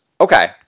okay